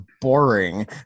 boring